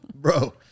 bro